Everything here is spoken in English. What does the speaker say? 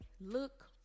Look